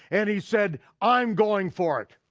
and he said i'm going for it.